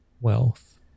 wealth